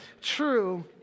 true